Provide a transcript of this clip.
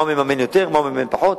מה הוא מממן יותר ומה הוא מממן פחות.